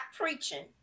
preaching